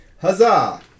Huzzah